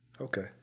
Okay